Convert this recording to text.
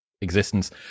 existence